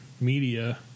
media